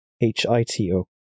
H-I-T-O